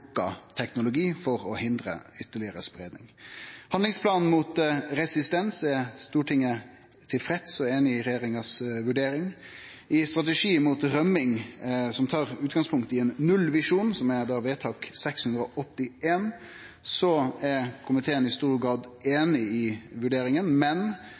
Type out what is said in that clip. teknologi for å hindre ytterlegare spreiing. Når det gjeld handlingsplanen mot resistens, er Stortinget tilfreds og einig i regjeringa si vurdering. Når det gjeld strategien mot rømming som tar utgangspunkt i ein nullvisjon – dette er vedtak nr. 681 for 2014–2015 – er komiteen i stor grad einig i vurderinga, men